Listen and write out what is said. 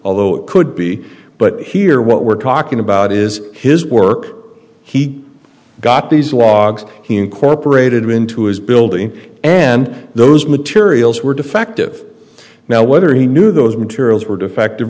although it could be but here what we're talking about is his work he got these logs he incorporated it into his building and those materials were defective now whether he knew those materials were defective